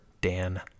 Dan